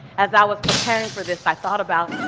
as i was preparing for this, i thought about,